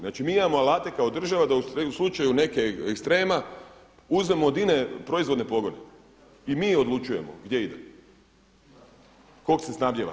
Znači mi imamo alate kao država da u slučaju nekih ekstrema uzmemo od INA-e proizvodne pogone i mi odlučujemo gdje ide, kog se snabdijeva.